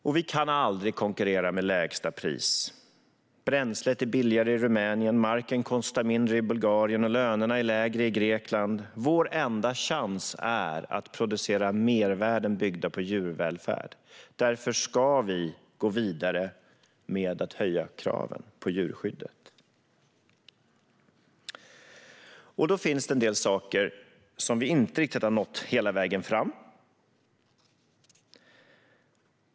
Vi kan dessutom aldrig konkurrera med lägsta pris - bränslet är billigare i Rumänien, marken kostar mindre i Bulgarien och lönerna är lägre i Grekland. Vår enda chans är att producera mervärden byggda på djurvälfärd. Därför ska vi gå vidare med att höja kraven på djurskyddet. Då finns det en del saker där vi inte riktigt har nått hela vägen fram.